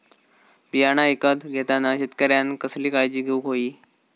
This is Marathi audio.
बियाणा ईकत घेताना शेतकऱ्यानं कसली काळजी घेऊक होई?